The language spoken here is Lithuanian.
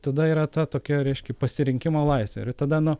tada yra tokia reiškia pasirinkimo laisvė ir tada nu